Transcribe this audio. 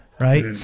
right